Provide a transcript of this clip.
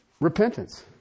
Repentance